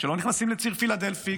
כשלא נכנסים לציר פילדלפי,